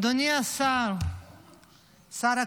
אדוני שר הקליטה,